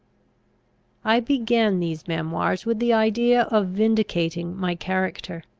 i began these memoirs with the idea of vindicating my character.